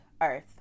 earth